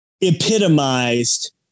epitomized